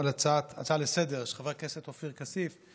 ההצעה לסדר-היום של חברי הכנסת עופר כסיף,